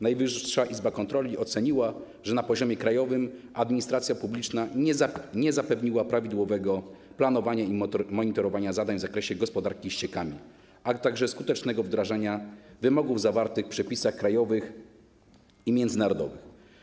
Najwyższa Izba Kontroli oceniła, że na poziomie krajowym administracja publiczna nie zapewniła prawidłowego planowania i monitorowania zadań w zakresie gospodarki ściekami, ale także skutecznego wdrażania wymogów zawartych w przepisach krajowych i międzynarodowych.